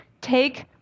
take